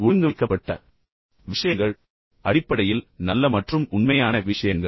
ஒழுங்கமைக்கப்பட்ட விஷயங்கள் அடிப்படையில் நல்ல மற்றும் உண்மையான விஷயங்கள்